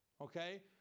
Okay